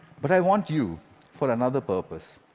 but i want you for another purpose.